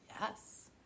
Yes